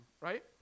right